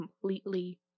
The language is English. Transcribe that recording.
completely